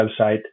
website